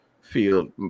field